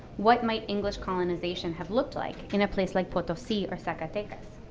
what might english colonization have looked like in a place like potosi or zacatecas?